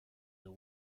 the